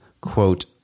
quote